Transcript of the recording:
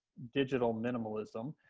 digital minimalism.